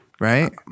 Right